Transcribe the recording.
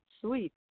sweet